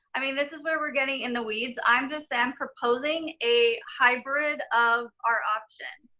i mean, this is where we're getting in the weeds. i'm just am proposing a hybrid of our option.